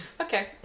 Okay